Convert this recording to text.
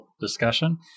discussion